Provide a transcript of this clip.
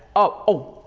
oh,